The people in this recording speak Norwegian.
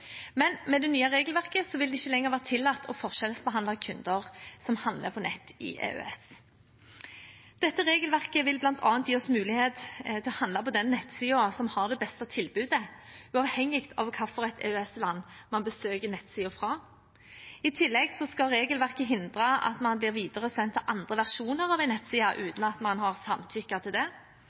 Med det nye regelverket vil det ikke lenger være tillatt å forskjellsbehandle kunder som handler på nett i EØS. Dette regelverket vil bl.a. gi oss mulighet til å handle på den nettsiden som har det beste tilbudet, uavhengig av hvilket EØS-land man besøker nettsiden fra. I tillegg skal regelverket hindre at man blir videresendt til andre versjoner av en nettside uten at man har samtykket til